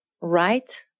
right